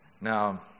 Now